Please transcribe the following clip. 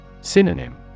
Synonym